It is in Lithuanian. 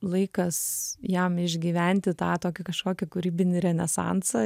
laikas jam išgyventi tą tokį kažkokį kūrybinį renesansą